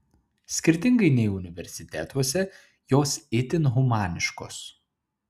skirtingai nei universitetuose jos itin humaniškos